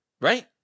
right